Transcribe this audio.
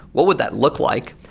what would that look like?